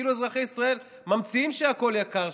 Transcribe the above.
כאילו אזרחי ישראל ממציאים שהכול יקר,